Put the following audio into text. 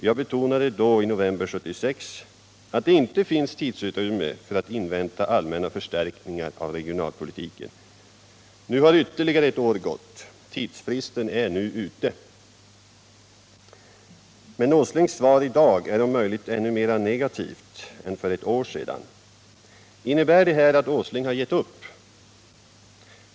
Jag betonade då — i november 1976 — att det inte fanns tidsutrymme för att invänta allmänna förstärkningar av regionalpolitiken. Nu har ytterligare ett år gått. Tidsfristen är nu ute. Men herr Åslings svar i dag är om möjligt ännu mera negativt än för ett år sedan. Innebär detta att herr Åsling har gett upp?